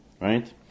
right